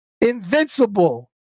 Invincible